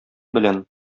белән